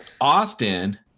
Austin